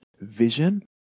vision